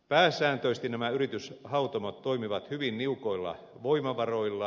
pääsääntöisesti nämä yrityshautomot toimivat hyvin niukoilla voimavaroilla